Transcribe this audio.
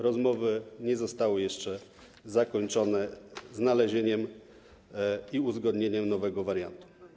Rozmowy nie zostały jeszcze zakończone znalezieniem i uzgodnieniem nowego wariantu.